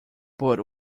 but